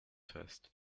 fest